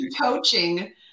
coaching